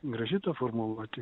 graži ta formuluotė